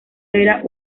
era